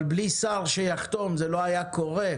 בלי שר שיחתום זה לא היה קורה,